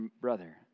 brother